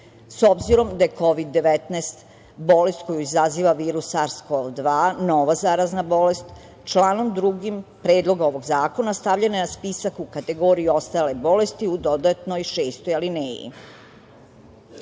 S obzirom da je Kovid 19 bolest koju izaziva virus SARS-KoV-2, nova zarazna bolest članom 2. Predlogom ovog zakona stavljen je na spisak u kategoriju i ostale bolesti u dodatnoj šestoj alineji.U